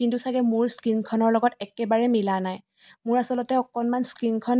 কিন্তু চাগে মোৰ স্কিণখনৰ লগত একেবাৰে মিলা নাই মোৰ আচলতে অকণমান স্কিনখন